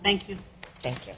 thank you thank you